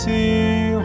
See